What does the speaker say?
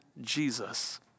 Jesus